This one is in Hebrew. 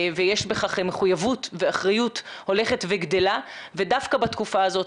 ויש בכך מחויבות ואחריות הולכת וגדלה ודווקא בתקופה הזאת,